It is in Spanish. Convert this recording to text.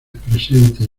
presentes